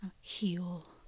Heal